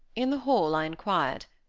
in the hall i inquired.